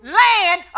land